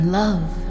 love